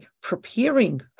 preparing